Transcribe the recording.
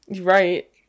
Right